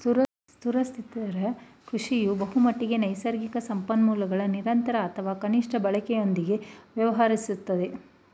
ಸುಸ್ಥಿರ ಕೃಷಿಯು ಬಹುಮಟ್ಟಿಗೆ ನೈಸರ್ಗಿಕ ಸಂಪನ್ಮೂಲಗಳ ನಿರಂತರ ಅಥವಾ ಕನಿಷ್ಠ ಬಳಕೆಯೊಂದಿಗೆ ವ್ಯವಹರಿಸುತ್ತದೆ